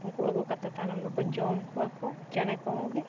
ᱩᱱᱠᱩ ᱟᱹᱜᱩ ᱠᱟᱛᱮᱫ ᱛᱟᱭᱱᱚᱢ ᱫᱚᱠᱚ ᱡᱚᱢ ᱠᱚᱣᱟ ᱠᱚ ᱪᱮᱬᱮ ᱠᱚᱦᱚᱸ ᱜᱮ